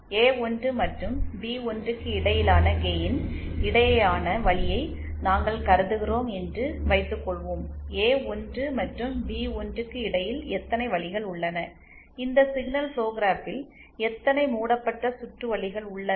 ஏ1 மற்றும் பி1 க்கு இடையிலான கெயின் இடையேயான வழியை நாங்கள் கருதுகிறோம் என்று வைத்துக்கொள்வோம்ஏ1 மற்றும் பி1 க்கு இடையில் எத்தனை வழிகள் உள்ளன இந்த சிக்னல் ஃபுளோ கிராப்பில் எத்தனை மூடப்பட்ட சுற்று வழிகள் உள்ளன